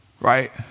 right